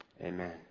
amen